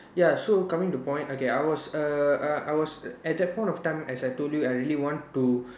ya so coming to point okay I was err uh I was at that point of time as I told you I really want to